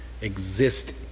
exist